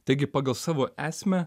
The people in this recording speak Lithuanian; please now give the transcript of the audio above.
taigi pagal savo esmę